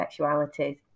sexualities